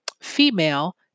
female